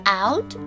out